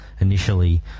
initially